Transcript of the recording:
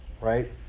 right